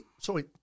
sorry